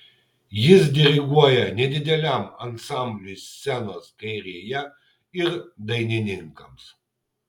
jis diriguoja nedideliam ansambliui scenos kairėje ir dainininkams